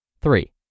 Three